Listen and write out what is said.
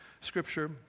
scripture